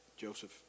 Joseph